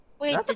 Wait